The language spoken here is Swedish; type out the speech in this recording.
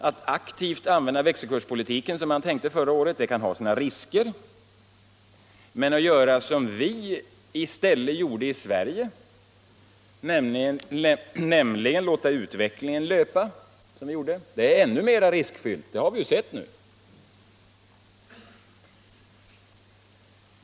Att aktivt använda växelkurspolitiken, som man tänkte förra året, kan ha sina risker. Men att göra som vi i stället gjorde i Sverige, nämligen låta utvecklingen löpa, är ännu mera riskfyllt. Det har vi ju sett nu.